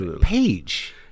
page